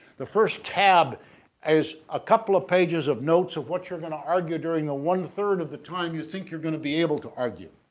the first tab is a couple of pages of notes of what you're going to argue during the one three of the time you think you're going to be able to argue,